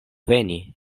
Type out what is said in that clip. veni